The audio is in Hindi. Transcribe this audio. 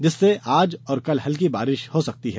जिससे आज और कल हल्की बारिश भी हो सकती है